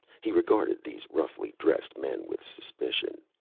he regarded these roughly dressed men with suspicion.